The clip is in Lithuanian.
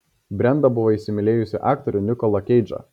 brenda buvo įsimylėjusi aktorių nikolą keidžą